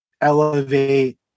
elevate